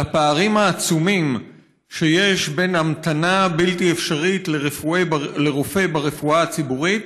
הפערים העצומים שיש בין המתנה בלתי אפשרית לרופא ברפואה הציבורית